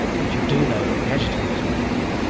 but you do know what the agitators might think.